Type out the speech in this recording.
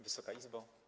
Wysoka Izbo!